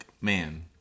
Man